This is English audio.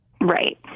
Right